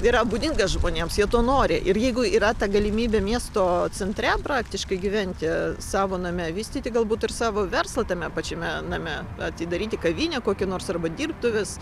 yra būdingas žmonėms jie to nori ir jeigu yra ta galimybė miesto centre praktiškai gyventi savo name vystyti galbūt ir savo verslą tame pačiame name atidaryti kavinę kokią nors arba dirbtuves